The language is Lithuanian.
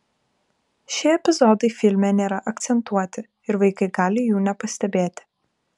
šie epizodai filme nėra akcentuoti ir vaikai gali jų nepastebėti